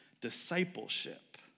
discipleship